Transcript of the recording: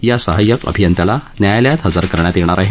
या सहाय्य्क अभियंत्याला न्यायायलात हजर करण्यात येणार आहे